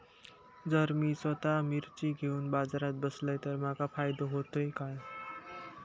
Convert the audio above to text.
जर मी स्वतः मिर्ची घेवून बाजारात बसलय तर माका फायदो होयत काय?